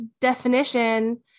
definition